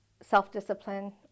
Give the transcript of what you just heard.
self-discipline